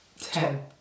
Ten